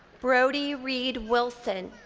brody reed wilson.